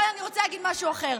אבל אני רוצה להגיד משהו אחר,